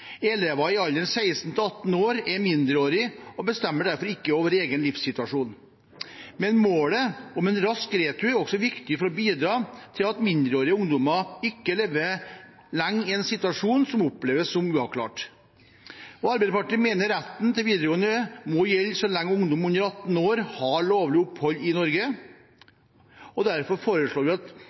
år er mindreårige og bestemmer derfor ikke over egen livssituasjon. Men målet om en rask retur er også viktig for å bidra til at mindreårige ungdommer ikke lever lenge i en situasjon som oppleves som uavklart. Arbeiderpartiet mener retten til videregående må gjelde så lenge ungdom under 18 år har lovlig opphold i Norge. Derfor foreslår vi at